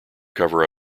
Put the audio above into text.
cover